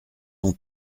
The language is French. ton